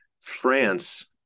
France